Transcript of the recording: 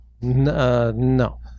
no